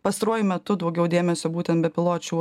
pastaruoju metu daugiau dėmesio būtent bepiločių